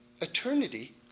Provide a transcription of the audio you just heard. eternity